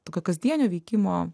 tokio kasdienio veikimo